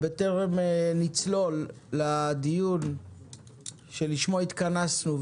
בטרם נצלול לדיון שלשמו התכנסנו,